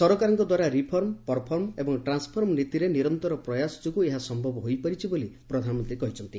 ସରକାରଙ୍କ ଦ୍ୱାରା reform perform ଏବଂ ଟ୍ରାନ୍କଫର୍ମ ନୀତିରେ ନିରନ୍ତର ପ୍ରୟାସ ଯୋଗୁଁ ଏହା ସମ୍ଭବ ହୋଇପାରିଛି ବୋଲି ପ୍ରଧାନମନ୍ତ୍ରୀ କହିଛନ୍ତି